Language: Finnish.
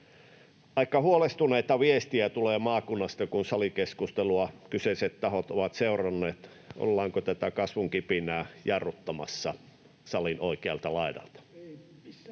Aika huolestuneita viestejä tulee maakunnasta, kun salikeskustelua kyseiset tahot ovat seuranneet: ollaanko tätä kasvunkipinää jarruttamassa salin oikealta laidalta?